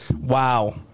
Wow